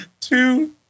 Two